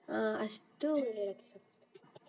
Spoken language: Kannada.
ಅಷ್ಟು ಹೇಳಕ್ ಇಷ್ಟಪಡ್ತಿನಿ